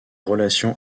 relations